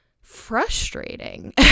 frustrating